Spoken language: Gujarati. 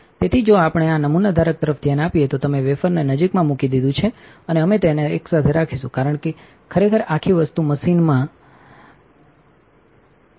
તેથી જો આપણેઆ નમૂના ધારક તરફ ધ્યાનઆપીએ તોતમે વેફરને નજીકમાં મૂકી દીધું છે અને અમે તેને એકસાથે રાખીશું કારણ કે ખરેખર આ આખી વસ્તુ મશીનમાં inંધી છે